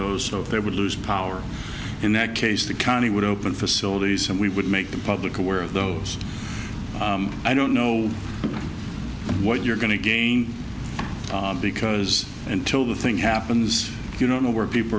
those so if they would lose power in that case the county would open facilities and we would make the public aware of those i don't know what you're going to gain because until the thing happens you don't know where people